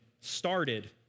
started